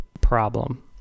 problem